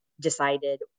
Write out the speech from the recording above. decided